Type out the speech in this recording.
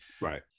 Right